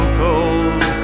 cold